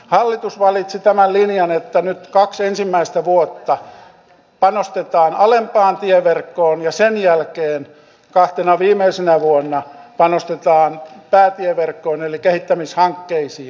hallitus valitsi tämän linjan että nyt kaksi ensimmäistä vuotta panostetaan alempaan tieverkkoon ja sen jälkeen kahtena viimeisenä vuonna panostetaan päätieverkkoon eli kehittämishankkeisiin